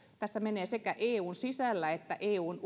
tässä menee sekä eun sisällä että eun